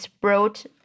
brought